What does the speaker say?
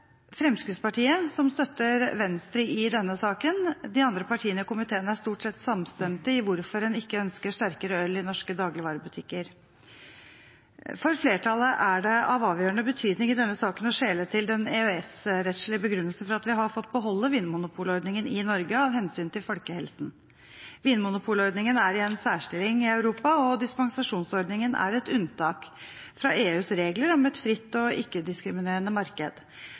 stort sett samstemte i hvorfor en ikke ønsker sterkere øl i norske dagligvarebutikker. For flertallet er det av avgjørende betydning i denne saken å skjele til den EØS-rettslige begrunnelsen for at vi har fått beholde vinmonopolordningen i Norge – av hensyn til folkehelsen. Vinmonopolordningen er i en særstilling i Europa, og dispensasjonsordningen er et unntak fra EUs regler om et fritt og ikke-diskriminerende marked.